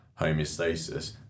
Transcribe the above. homeostasis